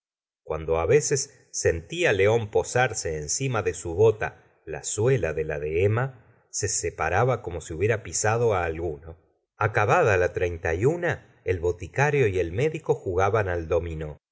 cuando veces sentía león posarse encima de su bota la suela de la de emma se separaba como si hubiera pisado alguno acabada la treinta y una el boticario y el médico jugaban al dominó